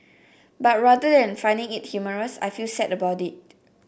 but rather and finding it humorous I feel sad about it